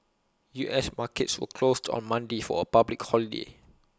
U S markets were closed on Monday for A public holiday